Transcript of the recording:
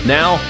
Now